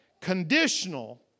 conditional